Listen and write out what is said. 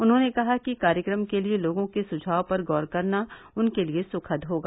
उन्होंने कहा कि कार्यक्रम के लिए लोगों के सुझाव पर गौर करना उनके लिए सुखद होगा